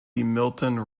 milton